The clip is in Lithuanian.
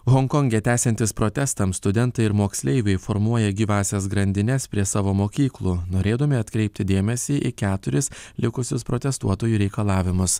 honkonge tęsiantis protestams studentai ir moksleiviai formuoja gyvąsias grandines prie savo mokyklų norėdami atkreipti dėmesį į keturis likusius protestuotojų reikalavimus